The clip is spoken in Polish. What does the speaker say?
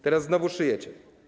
Teraz znowu szyjecie.